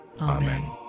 Amen